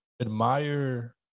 admire